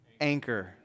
anchor